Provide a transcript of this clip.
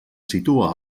situa